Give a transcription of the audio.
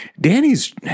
Danny's